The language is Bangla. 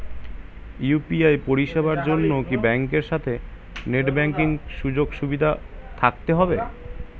ইউ.পি.আই পরিষেবার জন্য কি ব্যাংকের সাথে নেট ব্যাঙ্কিং সুযোগ সুবিধা থাকতে হবে?